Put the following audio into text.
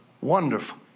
wonderful